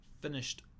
finished